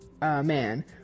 man